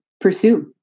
pursue